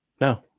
no